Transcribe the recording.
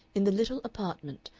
in the little apartment,